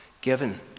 given